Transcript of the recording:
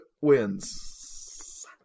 wins